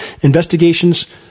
Investigations